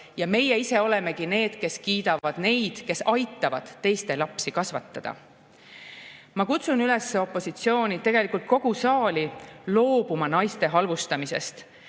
Ja meie ise olemegi need, kes kiidavad neid, kes aitavad teiste lapsi kasvatada. Ma kutsun üles opositsiooni, tegelikult kogu saali, loobuma naiste halvustamisest,